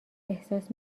احساس